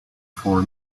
for